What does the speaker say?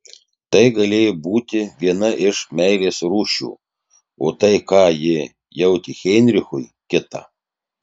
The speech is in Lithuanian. tai galėjo būti viena iš meilės rūšių o tai ką ji jautė heinrichui kita